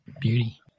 Beauty